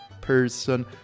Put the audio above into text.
person